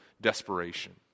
desperation